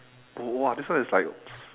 !wah! this one is like